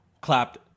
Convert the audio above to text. clapped